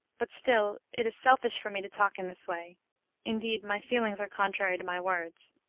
but still it is selfish for me to talk in this way indeed, my feelings are contrary to my words.